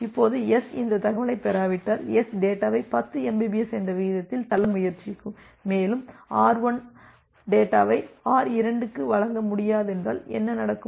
இப்போது S இந்த தகவலைப் பெறாவிட்டால் S டேட்டாவை 10 mbps என்ற விகிதத்தில் தள்ள முயற்சிக்கும் மேலும் R1 டேட்டாவை R2 க்கு வழங்க முடியாதென்றால் என்ன நடக்கும்